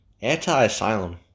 Anti-asylum